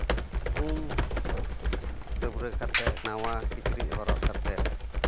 ᱩᱱ ᱰᱟᱹᱵᱽᱨᱟᱹ ᱠᱟᱛᱮᱫ ᱱᱟᱣᱟ ᱠᱤᱪᱨᱤᱡ ᱦᱚᱨᱚᱜ ᱠᱟᱛᱮᱫ